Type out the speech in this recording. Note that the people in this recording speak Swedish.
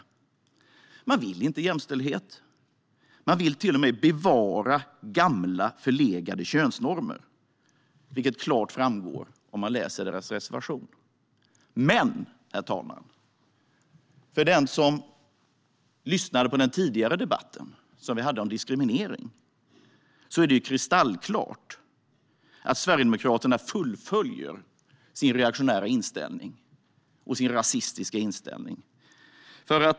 De vill inte ha jämställdhet, utan de vill till och med bevara gamla, förlegade könsnormer, vilket framgår klart om man läser deras reservation. För den som lyssnade på den tidigare debatten om diskriminering är det kristallklart att Sverigedemokraterna fullföljer sin reaktionära och rasistiska inställning.